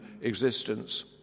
existence